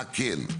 מה כן?